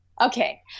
Okay